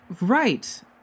Right